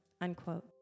unquote